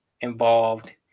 involved